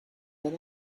that